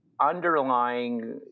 underlying